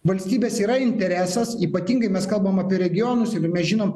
valstybės yra interesas ypatingai mes kalbam apie regionus jeigu ir mes žinom